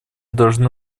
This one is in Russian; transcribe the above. должны